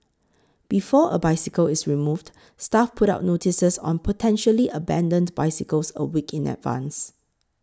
before a bicycle is removed staff put up notices on potentially abandoned bicycles a week in advance